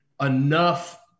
enough